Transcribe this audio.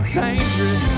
dangerous